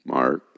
Mark